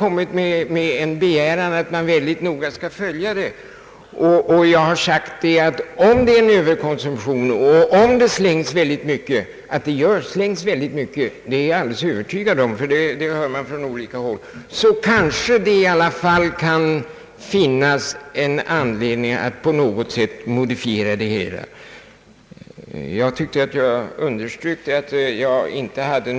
Vidare har jag sagt att om det sker en överkonsumtion och om det förekommer att stora mängder medicin slängs — och jag är alldeles övertygad om att stora kvantiteter kastas bort — så kan det finnas anledning att på något sätt modifiera det hela. Jag tyckte att jag underströk att jag inte hade